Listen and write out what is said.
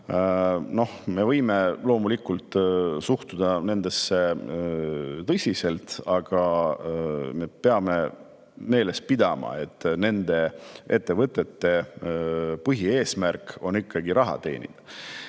noh, me võime loomulikult suhtuda nendesse tõsiselt, aga me peame meeles pidama, et nende ettevõtete põhieesmärk on raha teenida. Kui